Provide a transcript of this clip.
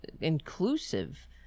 inclusive